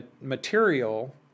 material